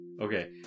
okay